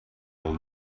all